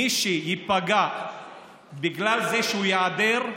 מי שייפגע בגלל זה שהוא ייעדר,